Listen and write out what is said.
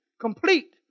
complete